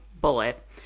bullet